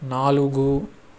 నాలుగు